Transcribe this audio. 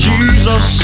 Jesus